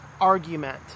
argument